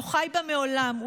לא חי בה מעולם,